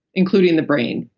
including the brain.